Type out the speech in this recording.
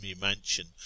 mansion